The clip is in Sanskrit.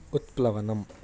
उत्प्लवनम्